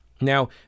Now